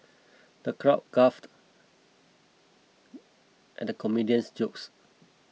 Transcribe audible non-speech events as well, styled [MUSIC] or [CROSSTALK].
the crowd guffawed [HESITATION] at the comedian's jokes